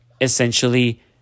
essentially